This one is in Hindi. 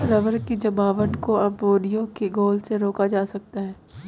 रबर की जमावट को अमोनिया के घोल से रोका जा सकता है